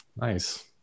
nice